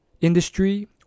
industry